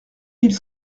mille